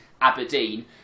Aberdeen